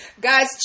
Guys